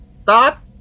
Stop